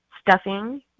stuffing